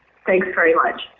thanks very much.